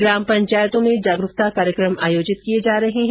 ग्राम पंचायतों में जागरूकता कार्यक्रम का आयोजन किया जा रहा है